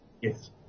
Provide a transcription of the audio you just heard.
Yes